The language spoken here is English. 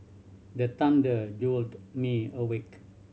the thunder jolt me awake